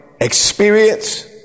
experience